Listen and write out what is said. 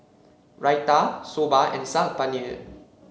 Raita Soba and Saag Paneer